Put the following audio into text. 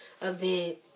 event